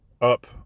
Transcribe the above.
Up